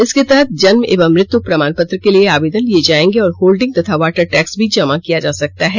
इसके तहत जन्म एवं मृत्युप्रमाण पत्र के लिए आवेदन लिए जाएंगे और होल्डिंग तथा वाटर टैक्स भी जमा किया जा सकता है